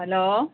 hello